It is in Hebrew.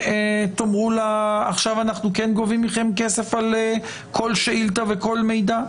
ותאמרו לה: עכשיו אנחנו כן גובים מכם כסף על כל שאילתא ועל כל מידע?